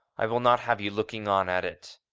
i will not have you looking on at it.